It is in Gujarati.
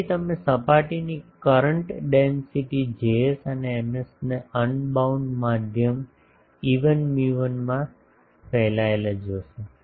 તેથી તમે સપાટીની કરંટ ડેન્સિટીસ Js અને Ms ને અનબાઉન્ડ માધ્યમ ε1 μ1 માં ફેલાયેલા જોશો